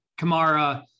Kamara